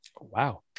Wow